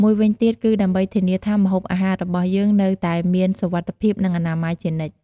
មួយវិញទៀត គឺដើម្បីធានាថាម្ហូបអាហាររបស់យើងនៅតែមានសុវត្ថិភាព និងអនាម័យជានិច្ច។